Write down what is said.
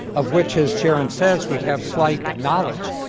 of which, as jaron says, we have slight knowledge.